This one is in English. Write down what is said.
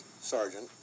sergeant